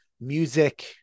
music